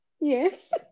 Yes